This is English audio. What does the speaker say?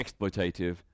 exploitative